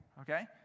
okay